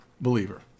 believer